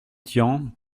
tian